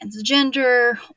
transgender